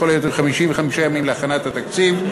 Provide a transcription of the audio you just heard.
לכל היותר 55 ימים להכנת התקציב,